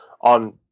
on